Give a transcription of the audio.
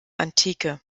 antike